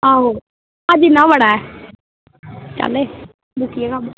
आहो अज्ज इन्ना बड़ा ऐ चल ऐ मुक्की गेआ कम्म